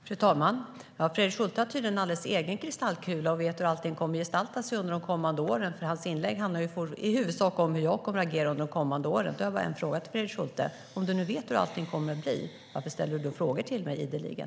Fru talman! Fredrik Schulte har tydligen en alldeles egen kristallkula och vet hur allting kommer att gestalta sig under de kommande åren, för hans inlägg handlar ju i huvudsak om hur jag kommer att agera under de kommande åren. Då har jag bara en fråga till Fredrik Schulte: Om du nu vet hur allting kommer att bli, varför ställer du då frågor till mig ideligen?